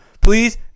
please